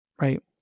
right